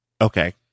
Okay